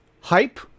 hype